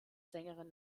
sängerin